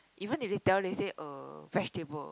even if they tell they say uh vegetable